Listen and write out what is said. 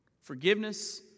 forgiveness